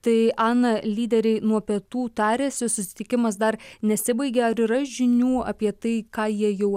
tai ana lyderiai nuo pietų tariasi susitikimas dar nesibaigė ar yra žinių apie tai ką jie jų